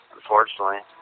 Unfortunately